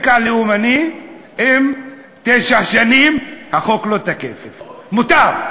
רקע לאומני עם תשע שנים החוק לא תקף, מותר.